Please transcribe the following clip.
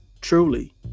Truly